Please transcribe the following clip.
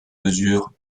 mesure